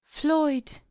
Floyd